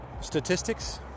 statistics